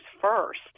first